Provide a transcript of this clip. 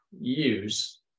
use